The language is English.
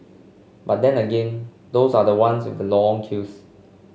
but then again those are the ones with the long queues